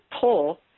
pull